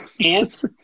ant